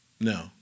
No